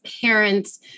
parents